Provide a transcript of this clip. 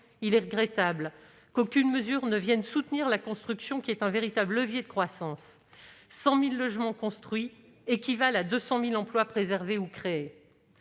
il est regrettable qu'aucune mesure ne vienne soutenir la construction, car c'est un véritable levier de croissance :« 100 000 logements construits équivalent à 200 000 emplois préservés ou créés